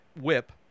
whip